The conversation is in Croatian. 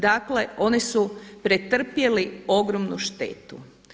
Dakle, oni su pretrpjeli ogromnu štetu.